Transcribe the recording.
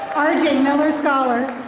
arjay miller scholar.